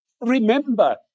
Remember